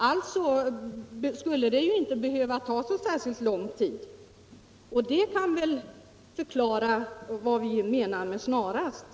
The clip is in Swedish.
Alltså skulle det inte behöva ta särskilt lång tid att ändra lagen. Det kan väl förklara vad vi menar Återinförande av med ”snarast”.